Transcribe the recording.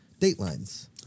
datelines